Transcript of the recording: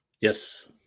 Yes